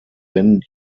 wenden